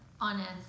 honest